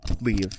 leave